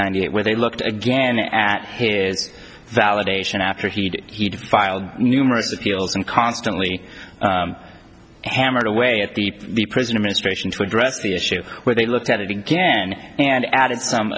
ninety eight where they looked again at his validation after he'd he'd filed numerous appeals and constantly hammered away at the the president instruction to address the issue where they looked at it again and added some